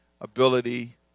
ability